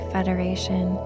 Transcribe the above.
Federation